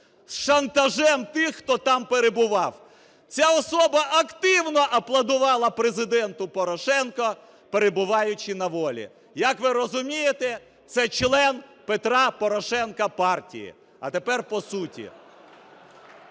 з шантажем тих, хто там перебував. Ця особа активно аплодувала Президенту Порошенку, перебуваючи на волі. Як ви розумієте, це член Петра Порошенка партії. А тепер по суті. Я